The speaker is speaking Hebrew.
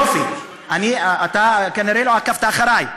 יופי, אתה כנראה לא עקבת אחרי.